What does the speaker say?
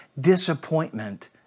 disappointment